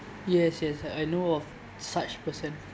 yes yes I know of such person